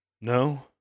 No